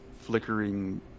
flickering